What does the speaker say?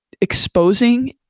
exposing